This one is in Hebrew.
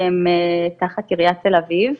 שהם תחת עיריית תל אביב,